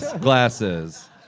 Glasses